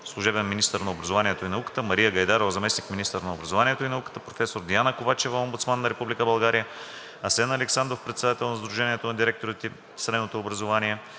служебен министър на образованието и науката, Мария Гайдарова – заместник-министър на образованието и науката, професор Диана Ковачева – омбудсман на Република България, Асен Александров – председател на Сдружението на директорите в средното образование